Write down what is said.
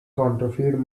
counterfeit